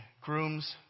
groom's